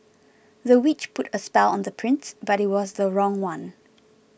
the witch put a spell on the prince but it was the wrong one